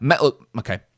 Okay